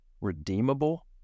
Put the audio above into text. redeemable